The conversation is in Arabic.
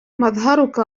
مظهرك